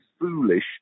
foolish